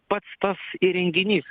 pats tas įrenginys